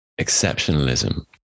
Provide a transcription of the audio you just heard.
exceptionalism